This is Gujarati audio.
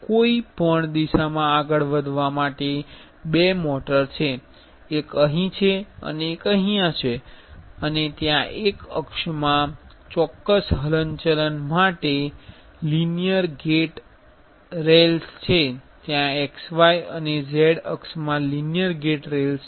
કોઇ પણ દિશામાં આગળ વધવા માટે બે મોટર છે એક અહીં છે અને એક અહીં છે અને ત્યાં એક અક્ષમાં ચોક્કસ હલંચલન માટે લિનિયર ગેટ રેલ્સ છે ત્યાં x y અને z અક્ષમાં લિનિયર ગેટ રેલ્સ છે